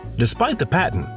despite the patent,